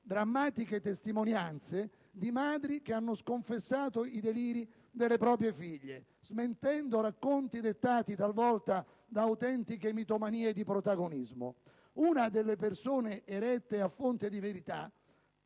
drammatiche testimonianze di madri che hanno sconfessato i deliri delle proprie figlie, smentendo racconti dettati talvolta da autentiche mitomanie di protagonismo. Una delle persone erette a fonte di verità